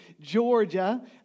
Georgia